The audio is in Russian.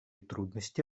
трудности